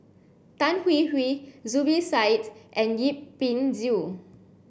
Tan Hwee Hwee Zubir Said and Yip Pin Xiu